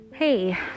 Hey